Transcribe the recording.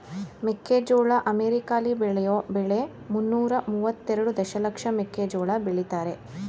ಮೆಕ್ಕೆಜೋಳ ಅಮೆರಿಕಾಲಿ ಬೆಳೆಯೋ ಬೆಳೆ ಮುನ್ನೂರ ಮುವತ್ತೆರೆಡು ದಶಲಕ್ಷ ಮೆಕ್ಕೆಜೋಳ ಬೆಳಿತಾರೆ